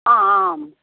आम